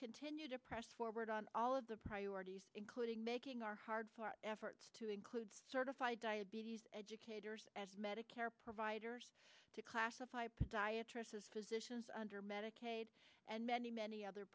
continue to press forward on all of the priorities including making our hard for our efforts to include certified diabetes educators as medicare providers to classify podiatrists as physicians under medicaid and many many other